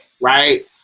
right